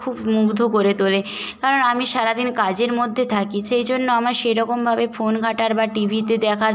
খুব মুগ্ধ করে তোলে কারণ আমি সারা দিন কাজের মধ্যে থাকি সেই জন্য আমার সেরকমভাবে ফোন ঘাঁটার বা টিভিতে দেখার